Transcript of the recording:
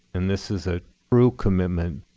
and this is a true commitment,